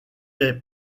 est